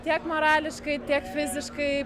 tiek morališkai tiek fiziškai